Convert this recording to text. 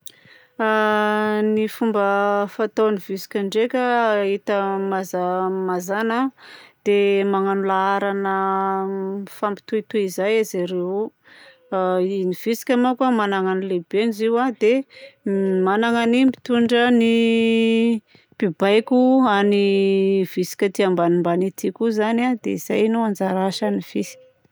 Ny fomba fataon'ny visika ndraika hita hita mazà- mazàna dia managno laharana mifampitohitohy izy ireo. Ny vitsika manko a magnagna ny lehibeny izy io a dia magnagna ny mitondra ny mpibaiko an'ny vitsika aty ambany ambany koa izany a. Dia izay no anjara asan'ny vitsika.